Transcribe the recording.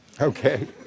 Okay